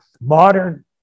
modern